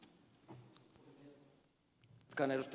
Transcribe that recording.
jatkan ed